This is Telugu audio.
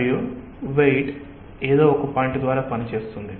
మరియు బరువు ఏదో ఒక పాయింట్ ద్వారా పని చేస్తుంది